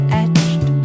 etched